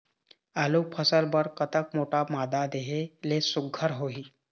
आलू फसल बर कतक मोटा मादा देहे ले सुघ्घर होही?